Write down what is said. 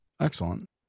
Excellent